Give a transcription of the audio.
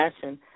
passion